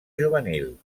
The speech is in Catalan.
juvenil